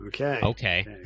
Okay